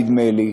נדמה לי,